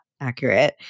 accurate